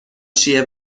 چیه